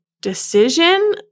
decision